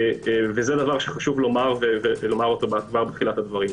זה דבר שחשוב לומר בתחילת הדברים.